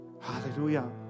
Hallelujah